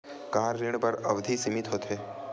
का ऋण बर अवधि सीमित होथे?